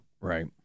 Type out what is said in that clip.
Right